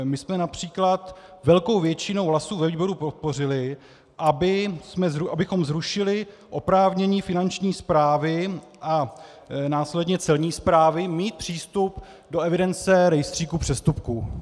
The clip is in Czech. My jsme např. velkou většinou hlasů ve výboru podpořili, abychom zrušili oprávnění Finanční správy a následně Celní správy mít přístup do evidence rejstříku přestupků.